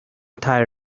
thy